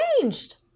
changed